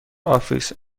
office